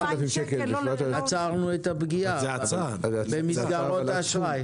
2,000 שקל --- עצרנו את הפגיעה במסגרות האשראי.